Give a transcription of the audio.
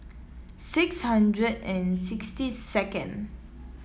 six hundred and sixty second